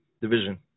division